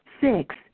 Six